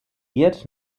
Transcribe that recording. wird